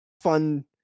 fun